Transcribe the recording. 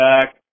back